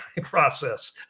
process